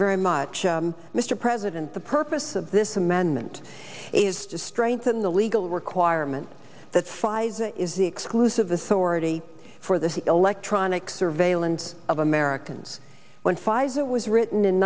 very much mr president the purpose of this amendment is to strengthen the legal requirement that pfizer is the exclusive the sortie for the electronic surveillance of americans when pfizer was written in